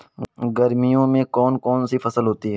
गर्मियों में कौन कौन सी फसल होती है?